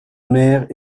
mère